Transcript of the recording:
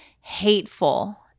hateful